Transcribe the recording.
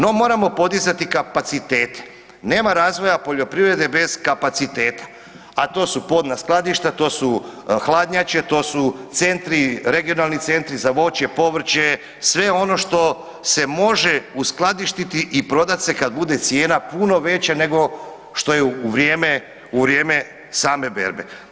No moramo podizati kapacitete, nema razvoja poljoprivrede bez kapaciteta, a to su podna skladišta, to su hladnjače, to su centri, regionalni centri za voće, povrće, sve ono što se može uskladištiti i prodat se kad bude cijena puno veća nego što je u vrijeme same berbe.